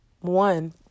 one